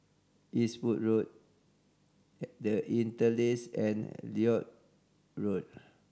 Eastwood Road The Interlace and Lloyd Road